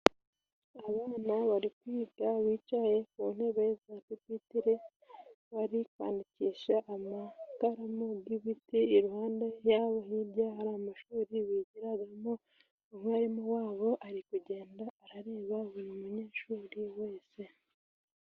Abana bari kwiga bicaye ku ntebe za Pipitire, bari kwandikisha amakaramu y'ibiti. Iruhande y'abo hirya hari amashuri bigiragamo, umwarimu wabo ari kugenda arareba buri munyeshuri wese.